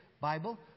Bible